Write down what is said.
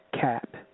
cap